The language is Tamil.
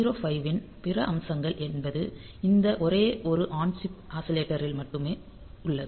8051 இன் பிற அம்சங்கள் என்பது இந்த ஒரே ஒரு ஆன் சிப் ஆஸிலேட்டரில் மட்டுமே உள்ளது